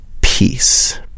peace